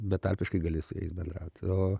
betarpiškai gali su jais bendraut o